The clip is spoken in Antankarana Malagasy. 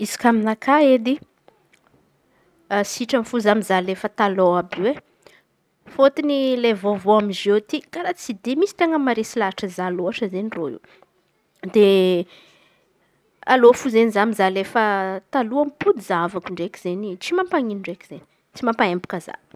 Izy koa aminakà edy sitrany fô za mizaha efa taloha àby io e. Fôtony le vôvô amizô ty karà tsy de misy ten̈a maharesy lahatra za lôtry izen̈y reo. De alô fô izen̈y za mizaha le fa talôha bôka zahavako ndreky tsy mampanino lôtry tsy mampaempaka za.